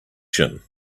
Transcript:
chin